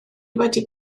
wedi